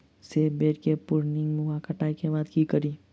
सेब बेर केँ प्रूनिंग वा कटाई केँ बाद की करि?